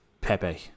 pepe